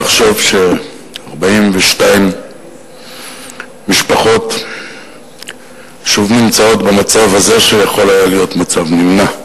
ולחשוב ש-42 משפחות שוב נמצאות במצב הזה שיכול היה להיות מצב נמנע.